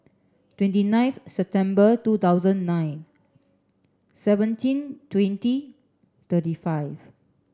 twenty ninth September two thousand nine seventeen twenty thirty five